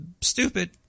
stupid